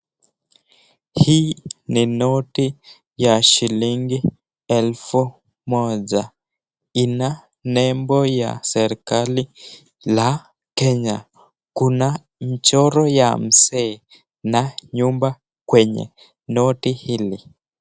Hii ni noti ya shilingi elfu moja. Ina nembo ya serikali la Kenya. Kuna mchoro ya mzee na nyumba kwenye noti hili.